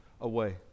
away